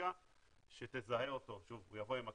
בלשכה שתזהה אותו הוא יבוא עם הכרטיס,